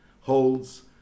holds